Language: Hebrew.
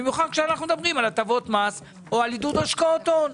במיוחד כשאנחנו מדברים על הטבות מס או על עידוד השקעות הון.